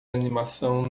animação